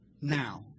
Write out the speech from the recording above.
now